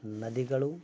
ನದಿಗಳು